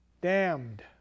damned